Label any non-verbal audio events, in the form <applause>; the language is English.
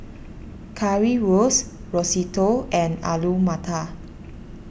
<noise> Currywurst Risotto and Alu Matar